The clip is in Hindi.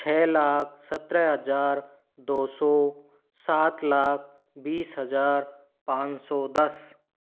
छः लाख सत्रह हज़ार दो सौ सात लाख बीस हज़ार पाँच सौ दस